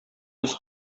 без